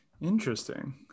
Interesting